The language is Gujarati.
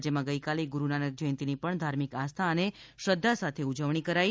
રાજ્યમાં ગઇકાલે ગુરૂનાનક જયંતિની પણ ધાર્મિક આસ્થા અને શ્રદ્ધા સાથે ઉજવણી કરાઇ